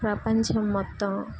ప్రపంచం మొత్తం